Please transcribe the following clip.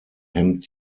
hemmt